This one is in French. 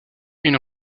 une